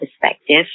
perspective